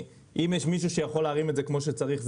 אם יש מישהו שיכול להרים את זה כמו שצריך,